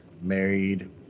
married